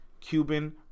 Cuban